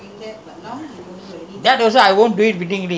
no no I'm not getting young anymore